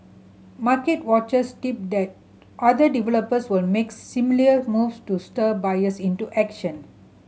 market watchers tip that other developers will make similar moves to stir buyers into action